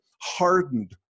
hardened